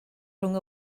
rhwng